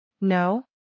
No